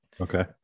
Okay